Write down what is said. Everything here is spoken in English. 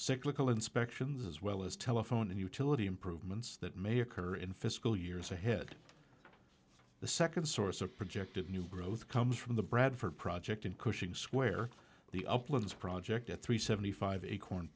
cyclical inspections as well as telephone and utility improvements that may occur in fiscal years ahead the second source or projected new growth comes from the bradford project in cushing square the uplands project at three seventy five acorn